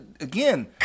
again